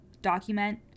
document